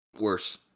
Worse